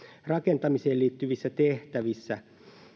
rakentamiseen liittyvissä tehtävissä